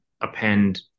append